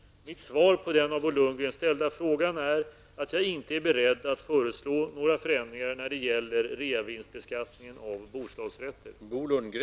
Mitt svar på den av Bo Lundgren ställda frågan är att jag inte är beredd att föreslå några förändringar när det gäller reavinstbeskattningen av bostadsrätter.